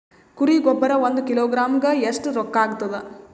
ಕುರಿ ಗೊಬ್ಬರ ಒಂದು ಕಿಲೋಗ್ರಾಂ ಗ ಎಷ್ಟ ರೂಕ್ಕಾಗ್ತದ?